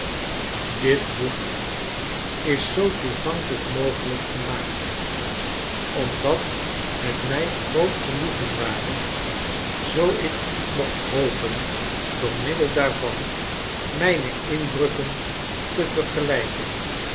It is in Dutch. dit boek is zoo toegankelijk mogelijk gemaakt omdat het mij groot genoegen ware zoo ik mocht hopen door middel daarvan mijne indrukken te vergelijken